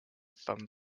from